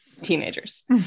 teenagers